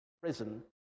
prison